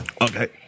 Okay